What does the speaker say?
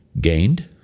Gained